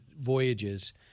voyages